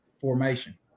formation